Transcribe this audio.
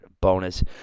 bonus